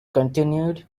continued